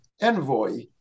envoy